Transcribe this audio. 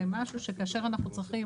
למשהו שכאשר אנחנו צריכים